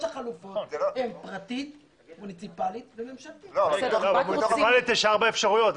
במוניציפלית יש ארבע אפשרויות.